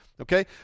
okay